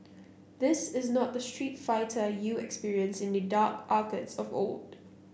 this is not the Street Fighter you experienced in the dark arcades of old